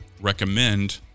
recommend